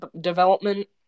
development